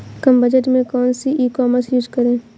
कम budget में कौन सी ई कॉमर्स यूज़ करें?